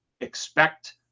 expect